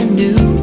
new